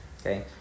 Okay